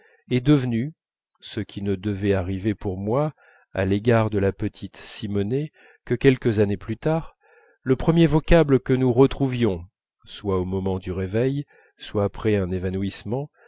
est devenu ce qui ne devait arriver pour moi à l'égard de la petite simonet que quelques années plus tard le premier vocable que nous retrouvions soit au moment du réveil soit après un évanouissement